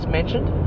mentioned